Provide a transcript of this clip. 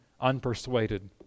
unpersuaded